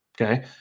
okay